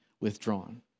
withdrawn